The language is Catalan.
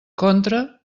contra